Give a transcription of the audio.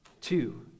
two